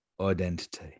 Identity